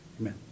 amen